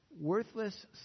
worthless